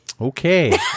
Okay